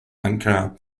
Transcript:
ankara